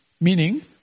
Meaning